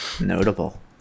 notable